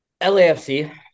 LAFC